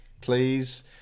Please